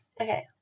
okay